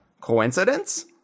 Coincidence